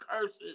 curses